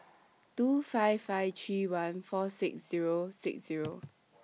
two five five three one four six Zero six Zero